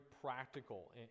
practical